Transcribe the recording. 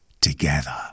together